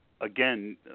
again